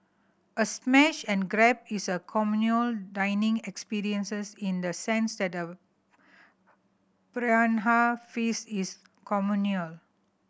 a smash and grab is a communal dining experience in the sense that a piranha feast is communal